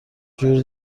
جور